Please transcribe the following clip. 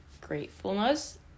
gratefulness